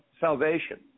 salvation